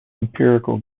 empirical